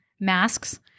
masks